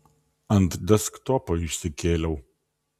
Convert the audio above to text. ant desktopo išsikėliau